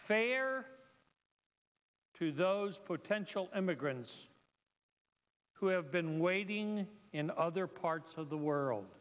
fair to those potential immigrants who have been waiting in other parts of the world